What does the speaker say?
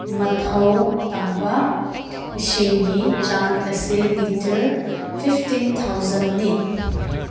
ꯃꯊꯧ ꯇꯥꯕ ꯏꯁꯤꯡꯒꯤ ꯆꯥꯡ ꯑꯁꯤ ꯂꯤꯇꯔ ꯐꯤꯞꯇꯤꯟ ꯊꯥꯎꯖꯟꯅꯤ